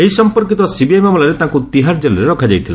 ଏହି ସମ୍ପର୍କିତ ସିବିଆଇ ମାମଲାରେ ତାଙ୍କୁ ତିହାର ଜେଲ୍ରେ ରଖାଯାଇଥିଲା